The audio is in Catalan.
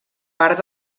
part